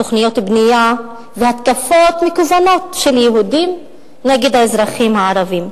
תוכניות בנייה והתקפות מכוונות של יהודים נגד האזרחים הערבים.